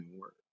work